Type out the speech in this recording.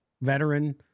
veteran